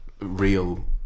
real